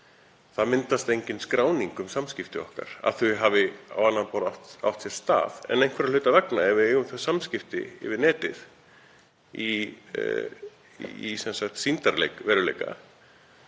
Það myndast engin skráning um samskipti okkar, að þau hafi á annað borð átt sér stað, en einhverra hluta vegna ef við eigum þau samskipti yfir netið í sýndarveruleika